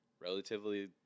relatively